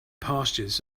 pastures